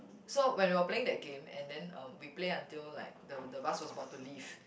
so when we were playing that game and then um we play until like the the bus was about to leave